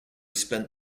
spent